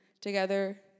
together